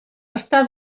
està